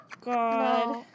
god